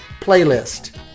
playlist